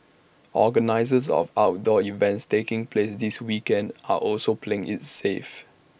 organisers of outdoor events taking place this weekend are also playing IT safe